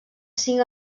cinc